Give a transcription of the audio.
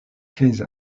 quinze